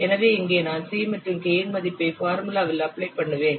எனவே இங்கே நான் c மற்றும் k இன் மதிப்பை பாரமுல்லாவில் அப்ளை பண்ணுவேன்